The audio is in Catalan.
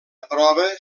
prova